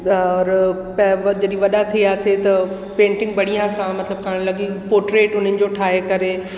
और त उहा जॾहिं वॾा थियासीं त पेंटिंग बढ़िया सां मतिलबु लॻी पोट्रेट उन्हनि जो ठाहे करे